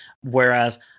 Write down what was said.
Whereas